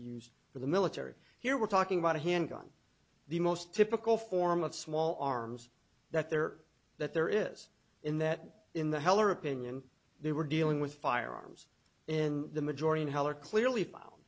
used for the military here we're talking about a handgun the most typical form of small arms that there that there is in that in the heller opinion they were dealing with firearms in the majority in heller clearly found